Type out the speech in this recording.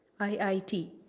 IIT